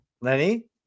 Lenny